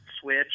switch